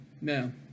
No